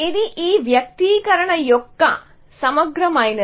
ఇది ఈ వ్యక్తీకరణ యొక్క సమగ్రమైనది